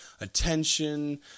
attention